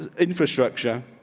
ah infrastructure,